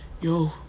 Yo